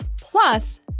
Plus